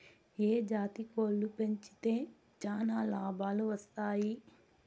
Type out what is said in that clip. ఏ జాతి కోళ్లు పెంచితే చానా లాభాలు వస్తాయి?